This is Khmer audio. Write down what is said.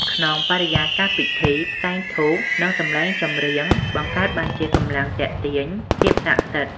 ក្នុងបរិយាកាសពិធី ផ្សែងធូប និងសំឡេងចម្រៀងបង្កើតបានជាកម្លាំងទាក់ទាញភាពសក្ដិសិទ្ធិ។